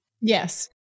Yes